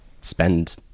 spend